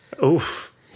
Oof